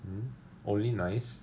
mmhmm only nice